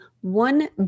one